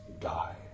died